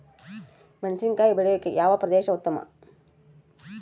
ಮೆಣಸಿನಕಾಯಿ ಬೆಳೆಯೊಕೆ ಯಾವ ಪ್ರದೇಶ ಉತ್ತಮ?